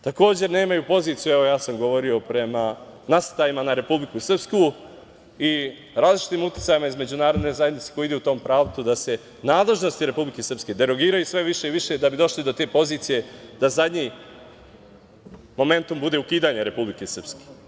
Takođe, nemaju poziciju, evo, ja sam govorio, prema nasrtajima na Republiku Srpsku i različitim uticajima iz Međunarodne zajednice koji idu u tom pravcu da se nadležnosti Republike Srpske derogiraju sve više i više, da bi došli do te pozicije da zadnji momentum bude ukidanje Republike Srpske.